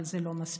אבל זה לא מספיק.